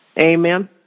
Amen